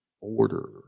order